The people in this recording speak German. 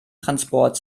transport